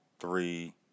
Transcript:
three